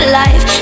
life